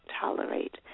tolerate